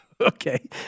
Okay